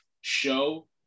show